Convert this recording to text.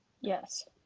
Yes